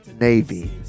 Navy